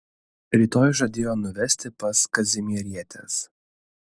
rytoj žadėjo nuvesti pas kazimierietes